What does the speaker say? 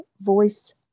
voice